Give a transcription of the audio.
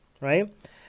right